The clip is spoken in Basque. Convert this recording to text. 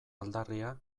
aldarria